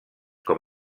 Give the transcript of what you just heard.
com